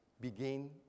begin